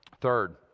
Third